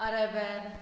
Arambol